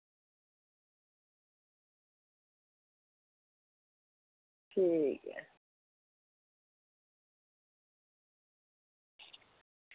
ठीक ऐ